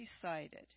decided